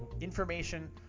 information